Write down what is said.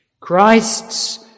Christ's